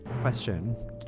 Question